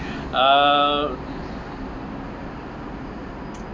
err